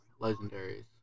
Legendaries